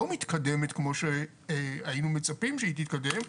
מתקדמת כמו שהיינו מצפים שהיא תתקדם,